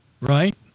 right